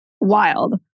wild